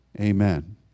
Amen